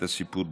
את הסיפור,